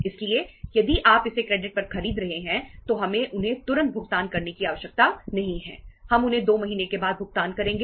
इसलिए यदि आप इसे क्रेडिट पर खरीद रहे हैं तो हमें उन्हें तुरंत भुगतान करने की आवश्यकता नहीं है हम उन्हें 2 महीने के बाद भुगतान करेंगे